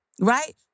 right